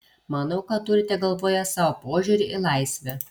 manau kad turite galvoje savo požiūrį į laisvę